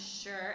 sure